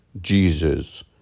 Jesus